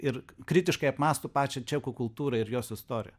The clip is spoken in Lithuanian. ir kritiškai apmąsto pačią čekų kultūrą ir jos istoriją